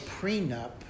prenup